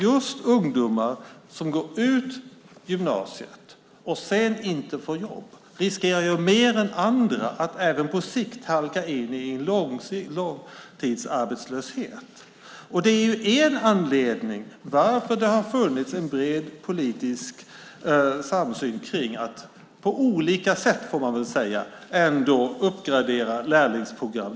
Just ungdomar som går ut gymnasiet och sedan inte får jobb riskerar mer än andra att även på sikt halka in i en långtidsarbetslöshet. Det är en anledning till att det har funnits en bred politisk samsyn om att på olika sätt uppgradera lärlingsprogram.